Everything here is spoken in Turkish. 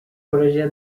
projeye